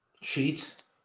Sheets